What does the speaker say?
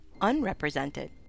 Unrepresented